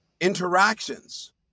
interactions